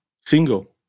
single